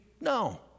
no